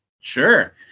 Sure